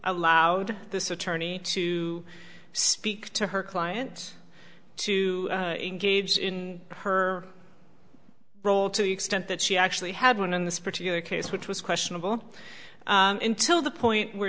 allowed this attorney to speak to her clients to engage her brought to the extent that she actually had one in this particular case which was questionable until the point where